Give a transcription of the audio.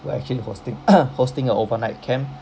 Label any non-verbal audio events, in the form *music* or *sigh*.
we're actually hosting *coughs* hosting a overnight camp